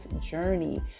journey